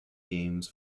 games